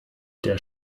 der